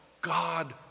God